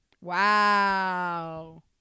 Wow